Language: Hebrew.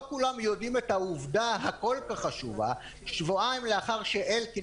לא כולם יודעים את העובדה הכל כך חשובה שבועיים לאחר שאלקין